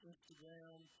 Instagram